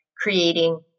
creating